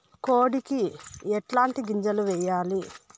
కోడికి ఎట్లాంటి గింజలు వేయాలి?